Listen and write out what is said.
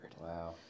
Wow